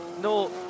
no